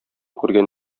күргән